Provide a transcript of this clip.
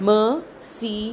Mercy